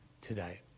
today